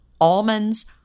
almonds